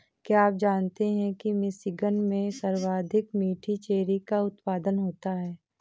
क्या आप जानते हैं कि मिशिगन में सर्वाधिक मीठी चेरी का उत्पादन होता है?